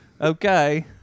Okay